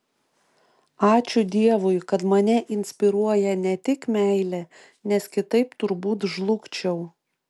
ačiū dievui kad mane inspiruoja ne tik meilė nes kitaip turbūt žlugčiau